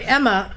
Emma